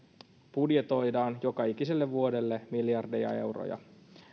budjetoidaan joka ikiselle vuodelle miljardeja euroja